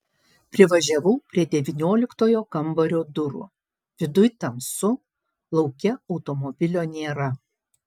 privažiavau prie devynioliktojo kambario durų viduj tamsu lauke automobilio nėra